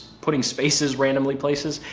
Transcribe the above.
putting spaces, randomly places,